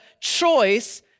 choice